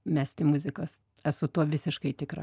mesti muzikos esu tuo visiškai tikra